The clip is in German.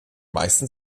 meisten